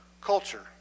culture